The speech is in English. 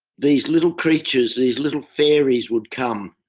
these little creatures, these little fairies would come.